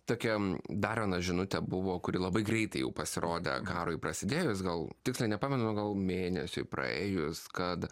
tokia dar viena žinutė buvo kuri labai greitai jau pasirodė karui prasidėjus gal tiksliai nepamenu gal mėnesiui praėjus kad